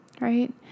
right